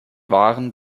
waren